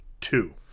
two